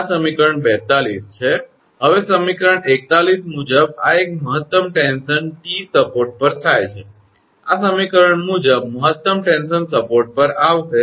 હવે સમીકરણ 41 મુજબ આ એક મહત્તમ ટેન્શન 𝑇 સપોર્ટ પર થાય છે આ સમીકરણ મુજબ મહત્તમ ટેન્શન સપોર્ટ પર આવશે